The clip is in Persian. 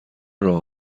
راه